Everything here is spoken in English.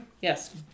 Yes